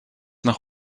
nach